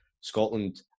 Scotland